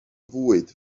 fwyd